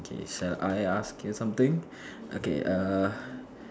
okay shall I ask you something okay err